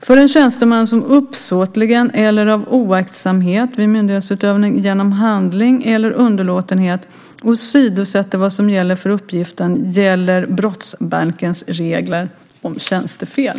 För en tjänsteman som uppsåtligen eller av oaktsamhet vid myndighetsutövning genom handling eller underlåtenhet åsidosätter vad som gäller för uppgiften gäller brottsbalkens regler om tjänstefel.